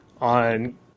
on